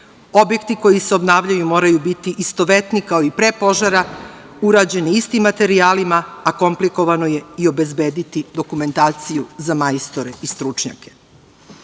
Objekti koji se obnavljaju moraju biti istovetni kao i pre požara, urađeni istim materijalima, a komplikovano je i obezbediti dokumentaciju za majstore i stručnjake. Sve